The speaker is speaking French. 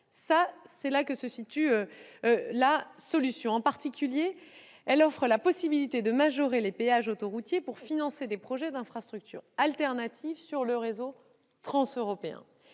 C'est là que se situe la solution au problème. En particulier, elle offre la possibilité de majorer les péages autoroutiers pour financer des projets d'infrastructures alternatives sur le réseau transeuropéen.